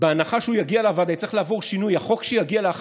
בהנחה שהוא יגיע לוועדה, הוא יצטרך לעבור שינוי.